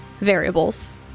variables